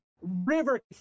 river